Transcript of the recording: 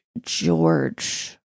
George